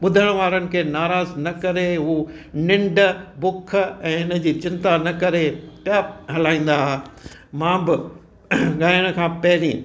ॿुधण वारनि खे नाराज़ु न करे हू निंढ बुख ऐं इनजी चिंता न करे पिया हलाईंदा हुआ मां बि ॻायण खां पहिरीं